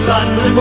London